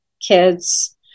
kids